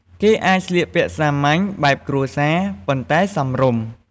គេអាចស្លៀកពាក់សាមញ្ញ បែបគ្រួសារ ប៉ុន្តែសមរម្យ។